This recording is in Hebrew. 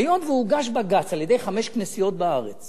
היות שהוגש בג"ץ על-ידי חמש כנסיות בארץ